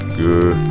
good